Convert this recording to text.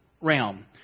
realm